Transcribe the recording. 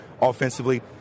offensively